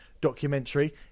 documentary